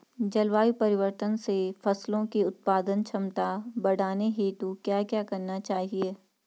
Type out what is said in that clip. जलवायु परिवर्तन से फसलों की उत्पादन क्षमता बढ़ाने हेतु क्या क्या करना चाहिए?